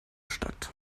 stadt